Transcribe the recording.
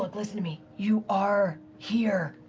like listen to me. you are here.